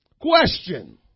Question